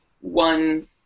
one